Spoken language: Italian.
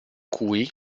cui